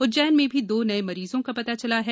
उज्जैन में भी दो नये मरीजों का पता चला है